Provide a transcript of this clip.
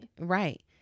Right